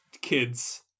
kids